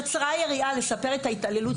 קצרה היריעה לספר את ההתעללות.